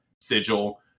sigil